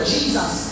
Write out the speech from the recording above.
Jesus